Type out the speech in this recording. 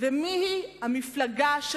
ומיהי המפלגה, תודה.